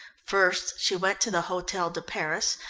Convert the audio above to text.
first she went to the hotel de paris,